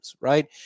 right